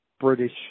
British